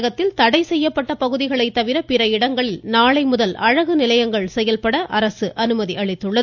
தமிழகத்தில் தடை செய்யப்பட்ட பகுதிகளைத் தவிர பிற இடங்களில் நாளை முதல் அழகு நிலையங்கள் செயல்பட அரசு அனுமதி வழங்கியுள்ளது